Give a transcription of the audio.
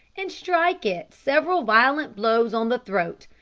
and strike it several violent blows on the throat.